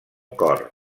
cor